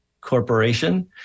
Corporation